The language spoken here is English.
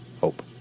hope